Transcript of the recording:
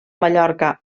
mallorca